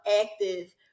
active